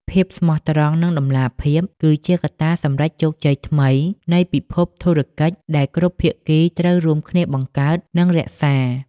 ភាពស្មោះត្រង់ និងតម្លាភាព គឺជាកត្តាសម្រេចជោគជ័យថ្មីនៃពិភពធុរកិច្ចដែលគ្រប់ភាគីត្រូវរួមគ្នាបង្កើត និងរក្សា។